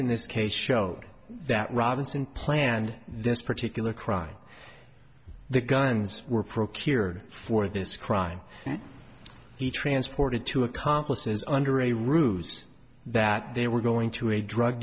in this case showed that robinson planned this particular crime the guns were procured for this crime he transported to accomplices under a ruse that they were going to a drug